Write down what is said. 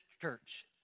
church